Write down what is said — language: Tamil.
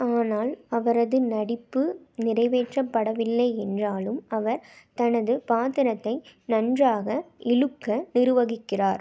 ஆனால் அவரது நடிப்பு நிறைவேற்றப்படவில்லை என்றாலும் அவர் தனது பாத்திரத்தை நன்றாக இழுக்க நிர்வகிக்கிறார்